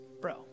bro